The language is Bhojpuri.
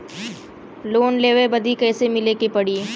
लोन लेवे बदी कैसे मिले के पड़ी?